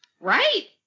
Right